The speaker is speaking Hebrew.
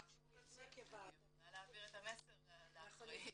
אני יכולה להעביר את המסר לאחראים.